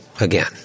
again